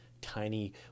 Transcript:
tiny